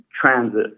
transit